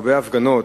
הרבה הפגנות,